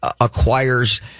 acquires